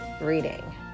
reading